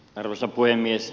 arvoisa puhemies